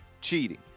cheating